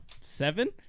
seven